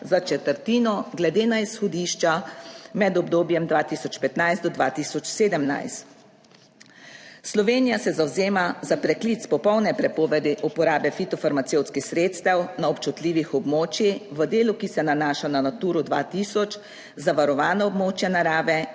za četrtino glede na izhodišča med obdobjem 2015 do 2017. Slovenija se zavzema za preklic popolne prepovedi uporabe fitofarmacevtskih sredstev na občutljivih območjih v delu, ki se nanaša na Naturo 2000, zavarovana območja narave